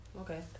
Okay